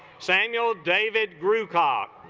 samuel david grew cock